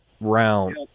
round